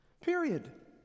period